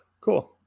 Cool